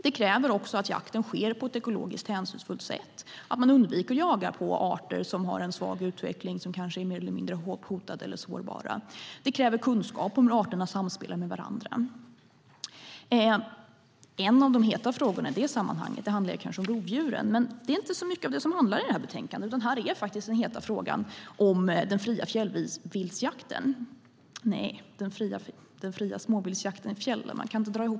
Det kräver också att jakten sker på ett ekologiskt hänsynsfullt sätt, att man undviker att jaga arter som har en svag utveckling och som kanske är mer eller mindre hotade eller sårbara. Det kräver kunskap om arternas samspel med varandra. En av de heta frågorna i det sammanhanget handlar kanske om rovdjuren. Men det är inte så mycket i det här betänkandet som handlar om det. Här är faktiskt den heta frågan den fria småviltsjakten i fjällen.